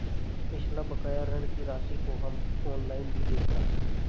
पिछला बकाया ऋण की राशि को हम ऑनलाइन भी देखता